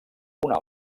una